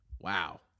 Wow